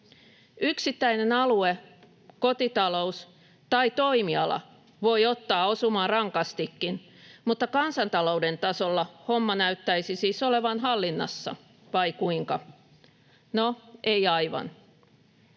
Yksittäinen alue, kotitalous tai toimiala voi ottaa osumaa rankastikin, mutta kansantalouden tasolla homma näyttäisi siis olevan hallinnassa. Vai kuinka? No, ei aivan.